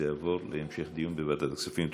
זה יעבור להמשך דיון בוועדת הכספים.